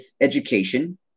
education